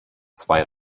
zwei